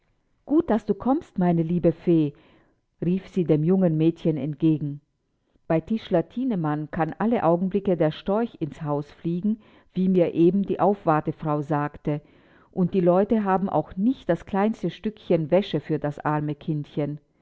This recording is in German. gut daß du kommst meine liebe fee rief sie dem jungen mädchen entgegen bei tischler thienemann kann alle augenblicke der storch ins haus fliegen wie mir eben die aufwartefrau sagte und die leute haben auch nicht das kleinste stückchen wäsche für das arme kindchen